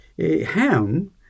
ham